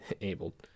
able